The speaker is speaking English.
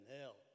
hell